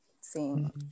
seeing